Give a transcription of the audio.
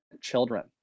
children